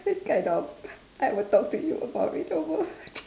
that kind of I will talk to you about it over